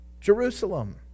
Jerusalem